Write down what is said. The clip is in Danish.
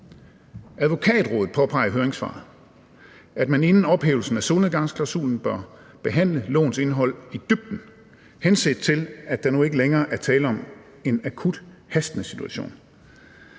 Advokatrådet påpeger i høringssvaret, at man inden ophævelsen af solnedgangsklausulen bør behandle lovens indhold i dybden, henset til at der nu ikke længere er tale om en akut hastende situation.